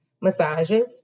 massages